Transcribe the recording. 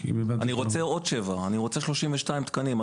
אני רוצה עוד שבעה, אני רוצה 32 תקנים.